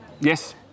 Yes